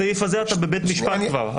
בסעיף הזה אתה בבית משפט כבר,